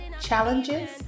challenges